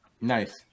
Nice